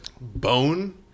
bone